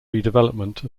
redevelopment